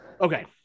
Okay